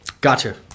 Gotcha